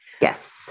Yes